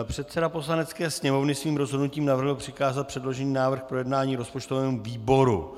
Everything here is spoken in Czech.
Předseda Poslanecké sněmovny svým rozhodnutím navrhl přikázat předložený návrh k projednání rozpočtovému výboru.